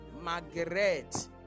Margaret